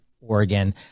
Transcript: Oregon